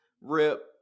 Rip